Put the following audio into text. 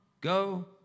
go